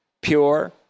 pure